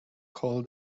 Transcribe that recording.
call